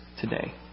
today